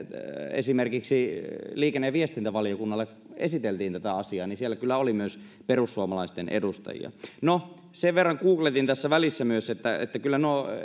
esimerkiksi liikenne ja viestintävaliokunnalle esiteltiin tätä asiaa ja siellä kyllä oli myös perussuomalaisten edustajia no sen verran googletin tässä välissä myös että kyllä nuo